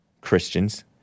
Christians